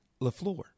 LaFleur